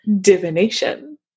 divination